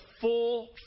full